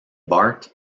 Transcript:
bart